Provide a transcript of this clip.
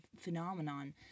phenomenon